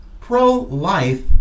pro-life